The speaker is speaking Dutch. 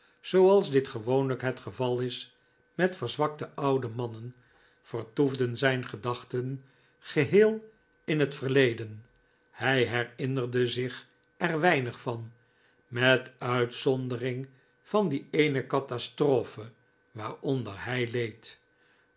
zooals dit gewoonlijk het geval is met verzwakte oude mannen vertoefden zijn gedachten geheel in het verleden hij herinnerde zich er weinig van met uitzondering van die eene catastrophe waaronder hij leed